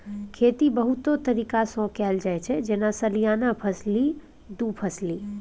खेती बहुतो तरीका सँ कएल जाइत छै जेना सलियाना फसली, दु फसली